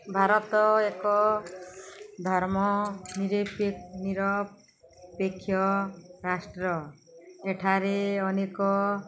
ଭାରତ ଏକ ଧର୍ମ ନିରପେକ୍ଷ ରାଷ୍ଟ୍ର ଏଠାରେ ଅନେକ